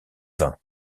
vain